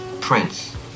Prince